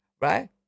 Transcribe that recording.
Right